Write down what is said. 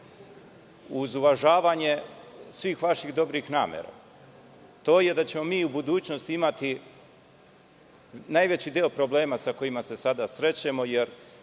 uz uvažavanje svih vaših dobrih namera, to je da ćemo mi u budućnosti imati najveći deo problema sa kojima se sada srećemo,